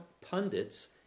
pundits